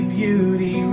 beauty